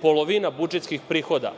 polovina budžetskih prihoda